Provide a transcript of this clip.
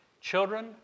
Children